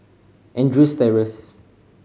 Andrews Terrace